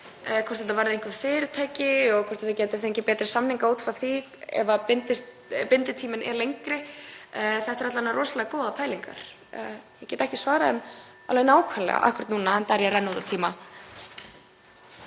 hvort þetta varði einhver fyrirtæki og hvort við gætum fengið betri samninga ef binditíminn væri lengri. Þetta eru alla vega rosalega góðar pælingar. Ég get ekki svarað nákvæmlega akkúrat núna, enda er ég að renna út á tíma.